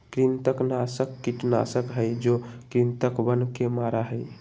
कृंतकनाशक कीटनाशक हई जो कृन्तकवन के मारा हई